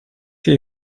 jej